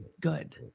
good